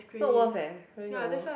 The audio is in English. not worth eh really not worth